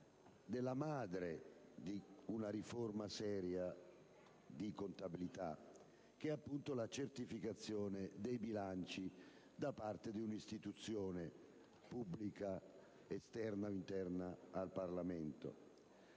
la "madre" di una seria riforma di contabilità, che è la certificazione dei bilanci da parte di un'istituzione pubblica, esterna o interna al Parlamento.